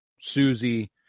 Susie